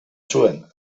zuen